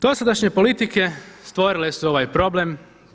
Dosadašnje politike stvorile su ovaj problem.